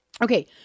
Okay